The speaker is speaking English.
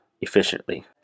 efficiently